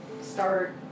start